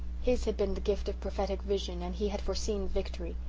his had been the gift of prophetic vision and he had foreseen victory.